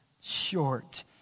short